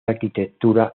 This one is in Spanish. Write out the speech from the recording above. arquitectura